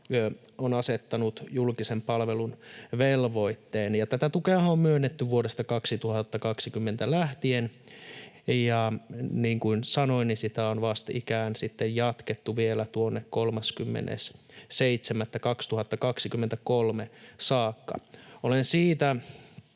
on asettanut julkisen palvelun velvoitteen. Tätä tukeahan on myönnetty vuodesta 2020 lähtien, ja niin kuin sanoin, sitä on vastikään sitten jatkettu vielä tuonne 30.7.2023 saakka. Olen siitä